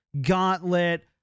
gauntlet